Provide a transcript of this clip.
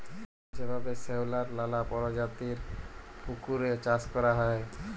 যেভাবে শেঁওলার লালা পরজাতির পুকুরে চাষ ক্যরা হ্যয়